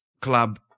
club